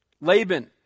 Laban